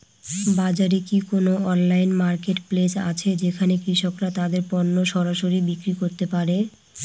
বাজারে কি কোন অনলাইন মার্কেটপ্লেস আছে যেখানে কৃষকরা তাদের পণ্য সরাসরি বিক্রি করতে পারে?